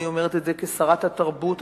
אני אומרת את זה כשרת התרבות.